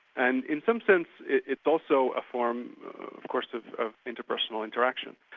and in some sense it's also a form of course of of interpersonal interaction.